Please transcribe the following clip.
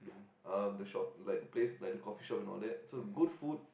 um the shop like the place like the coffeeshop and all that so good food